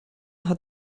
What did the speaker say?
hat